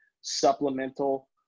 supplemental